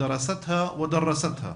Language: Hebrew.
חקרה ולימדה אותו,